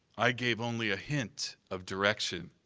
i gave only a hint of direction.